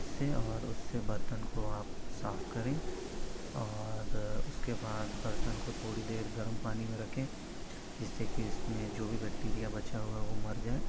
इससे और उससे बर्तन को आप साफ करें और उसके बाद बर्तन को थोड़ी देर गरम पानी में रखें जिससे कि उसमें जो भी बैक्टीरिया बचा हुआ है वह मर जाए